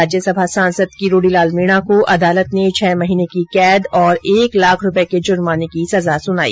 राज्य सभा सांसद किरोड़ीलाल मीणा को अदालत ने छह महीने की कैद और एक लाख रूपए के जुर्माने की सजा सुनाई